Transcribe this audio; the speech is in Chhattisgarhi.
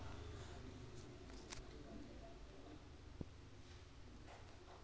माइक्रो फाइनेंस म गाँव म रहवइया मनखे के जरुरत ल धियान म रखत होय नान नान बित्तीय सुबिधा देय के बेवस्था करे जाथे